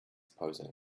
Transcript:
posing